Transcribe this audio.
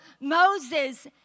Moses